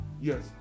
Yes